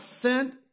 sent